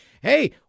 hey